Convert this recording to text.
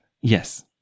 yes